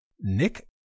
nick